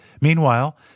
Meanwhile